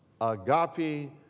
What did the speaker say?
agape